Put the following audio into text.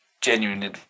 genuinely